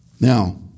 Now